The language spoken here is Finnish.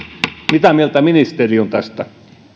mitä mieltä ministeri on tästä